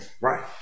Right